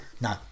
No